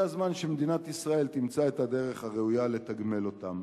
הגיע הזמן שמדינת ישראל תמצא את הדרך הראויה לתגמל אותם,